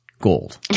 gold